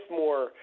more